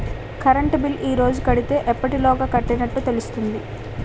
Current bill ఈ రోజు కడితే ఎప్పటిలోగా కట్టినట్టు తెలుస్తుంది?